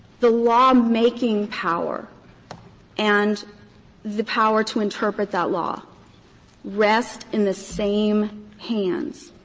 the lawmaking power and the power to interpret that law rest in the same hands,